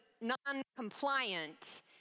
non-compliant